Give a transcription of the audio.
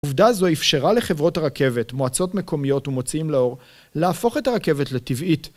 העובדה הזו אפשרה לחברות הרכבת, מועצות מקומיות, ומוצאים לאור, להפוך את הרכבת לטבעית